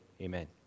Amen